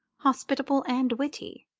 hospitable and witty.